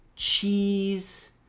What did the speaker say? cheese